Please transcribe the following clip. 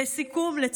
לסיכום, לצערנו,